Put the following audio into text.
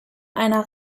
einer